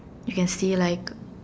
you can see like